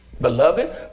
Beloved